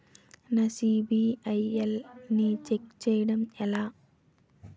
నా సిబిఐఎల్ ని ఛెక్ చేయడం ఎలా?